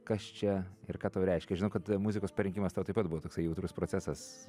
kas čia ir ką tau reiškia žinau kad muzikos parinkimas tau pat buvo toksai jautrus procesas